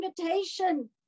invitation